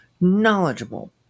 knowledgeable